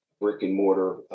brick-and-mortar